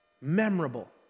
memorable